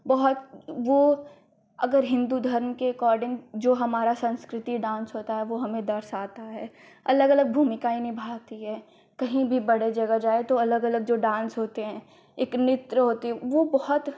बहुत वह अगर हिन्दू धर्म के एकॉर्डिन्ग जो हमारा संस्कृति डान्स होता है वह हमें दर्शाता है अलग अलग भूमिकाएँ निभाती हैं कहीं भी बड़ी जगह जाओ अलग अलग जो डान्स होता है एक नृत्य होता है वह बहुत